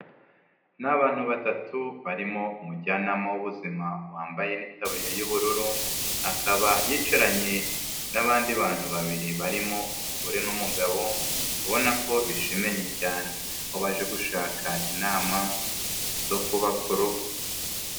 Ni abantu batatu barimo umujyanama w'ubuzima wambaye n'itabuririya y'ubururu, akaba yicaranye n'abandi bantu babiri barimo umugore n'umugabo ubona ko bishimanyi cyane, aho baje gushaka inama zo kubaka urugo.